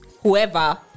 whoever